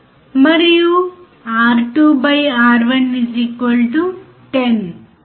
5 వోల్ట్ల దశల్లో ఇన్పుట్ యాంప్లిట్యూడ్లను మారుస్తాము మరియు సంబంధిత అవుట్పుట్ వోల్టేజ్ను గమనించండి అంటే మొదట్లో 0